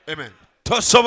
Amen